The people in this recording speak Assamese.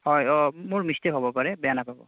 হয় অঁ মোৰ মিচটেক হ'ব পাৰে বেয়া নাপাব